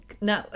No